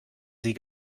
sie